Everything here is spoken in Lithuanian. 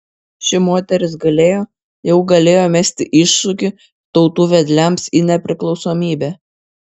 ši moteris galėjo jau galėjo mesti iššūkį tautų vedliams į nepriklausomybę